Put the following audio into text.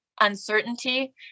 uncertainty